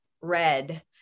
red